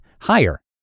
higher